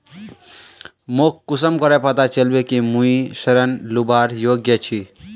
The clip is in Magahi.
मोक कुंसम करे पता चलबे कि मुई ऋण लुबार योग्य छी?